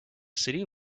city